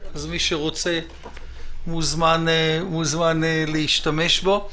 אז מי שרוצה מוזמן להשתמש בו.